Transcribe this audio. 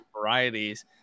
varieties